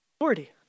Authority